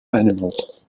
animals